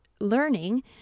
learning